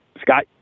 Scott